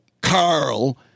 Carl